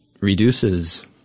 reduces